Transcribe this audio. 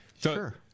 Sure